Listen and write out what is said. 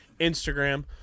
Instagram